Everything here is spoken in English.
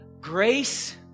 grace